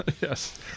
Yes